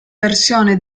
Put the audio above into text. versione